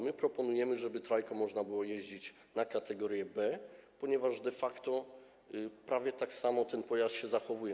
My proponujemy, żeby trajką można było jeździć przy kategorii B, ponieważ de facto prawie tak samo ten pojazd się zachowuje.